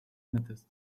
methods